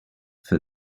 for